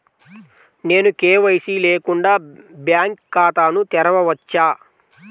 నేను కే.వై.సి లేకుండా బ్యాంక్ ఖాతాను తెరవవచ్చా?